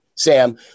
Sam